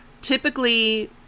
Typically